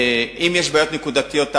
אם יש בעיות נקודתיות,